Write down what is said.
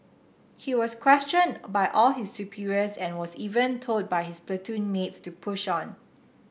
he was questioned by all his superiors and was even told by his platoon mates to push on